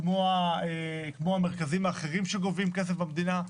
כמו המרכזים האחרים שגובים כסף במדינה,